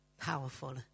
powerful